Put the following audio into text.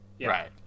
right